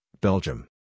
Belgium